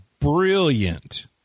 brilliant